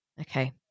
Okay